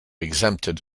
exempted